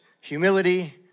humility